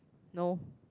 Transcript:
no